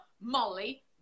Molly